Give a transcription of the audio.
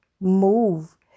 move